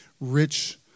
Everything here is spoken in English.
rich